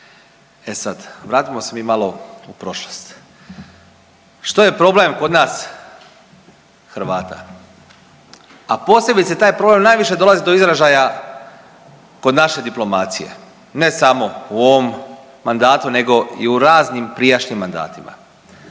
E sad vratimo se mi malo u prošlost. Što je problem kod nas Hrvata, a posebice taj problem najviše dolazi do izražaja kod naše diplomacije, ne samo u ovom mandatu nego i u raznim prijašnjim mandatima.